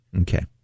Okay